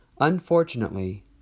Unfortunately